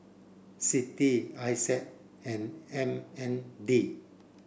CITI Isa and M N D